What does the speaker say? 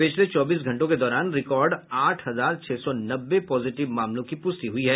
पिछले चौबीस घंटों के दौरान रिकॉर्ड आठ हजार छह सौ नब्बे पॉजिटिव मामलों की पुष्टि हुई है